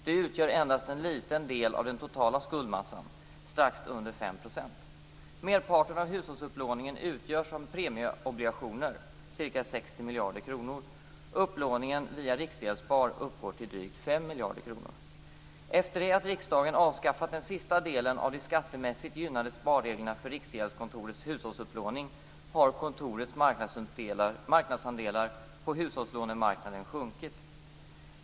Det utgör endast en liten del av den totala skuldmassan, strax under 5 %. Merparten av hushållsupplåningen utgörs av premieobligationer, ca 60 miljarder kronor. Upplåningen via Riksgäldsspar uppgår till drygt 5 miljarder kronor. Efter det att riksdagen avskaffat den sista delen av de skattemässigt gynnade sparreglerna för Riksgäldskontorets hushållsupplåning har kontorets marknadsandelar på hushållslånemarknaden sjunkit.